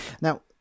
Now